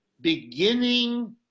beginning